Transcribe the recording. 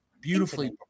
beautifully